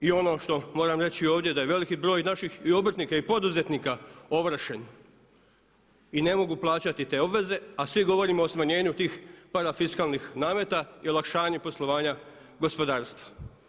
I ono što moram reći ovdje da je veliki broj naših i obrtnika i poduzetnika ovršen i ne mogu plaćati te obveze, a svi govorimo o smanjenju tih parafiskalnih nameta i olakšanju poslovanja gospodarstva.